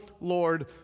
Lord